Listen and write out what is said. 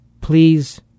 please